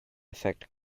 affect